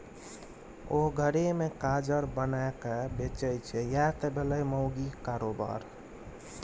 ओ घरे मे काजर बनाकए बेचय छै यैह त भेलै माउगीक कारोबार